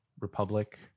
Republic